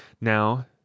now